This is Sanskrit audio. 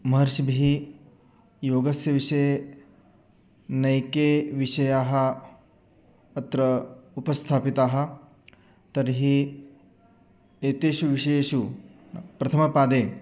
महर्षिभिः योगस्य विषये नैके विषयाः अत्र उपस्थापिताः तर्हि एतेषु विषयेषु प्रथमपादे